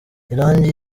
irangi